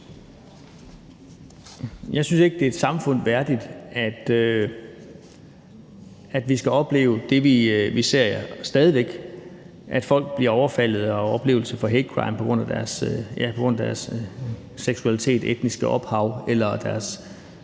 Jeg synes ikke, det er et samfund værdigt, at vi skal opleve det, vi stadig væk ser, hvor folk bliver overfaldet og oplever hatecrimes på grund af deres seksualitet, etniske ophav eller